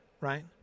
Right